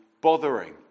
bothering